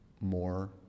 more